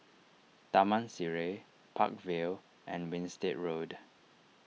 Taman Sireh Park Vale and Winstedt Road